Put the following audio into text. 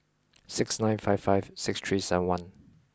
six nine five five six three seven one